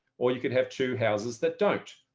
or you can have two houses that don't,